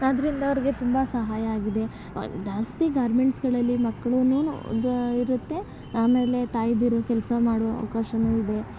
ಅದರಿಂದ ಅವ್ರಿಗೆ ತುಂಬ ಸಹಾಯ ಆಗಿದೆ ಜಾಸ್ತಿ ಗಾರ್ಮೆಂಟ್ಸುಗಳಲ್ಲಿ ಮಕ್ಳೂ ದ ಇರುತ್ತೆ ಆಮೇಲೆ ತಾಯಂದಿರು ಕೆಲಸ ಮಾಡೋ ಅವ್ಕಾಶ ಇದೆ